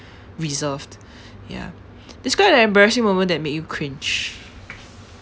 reserved ya describe an embarrassing moment that make you cringe